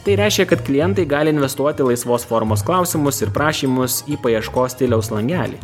tai reiškia kad klientai gali investuoti laisvos formos klausimus ir prašymus į paieškos stiliaus langelį